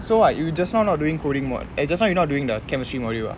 so what you just now not doing coding mod eh just now you not doing the chemistry module ah